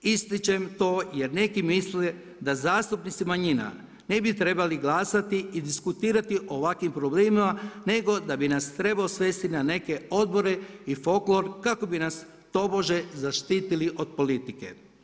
Ističem to jer neki misle da zastupnici manjina ne bi trebali glasati i diskutirati o ovakvim problemima, nego da bi nas trebao svesti na neke odbore i folklor kako bi nas tobože zaštitili od politike.